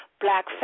Black